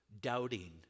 doubting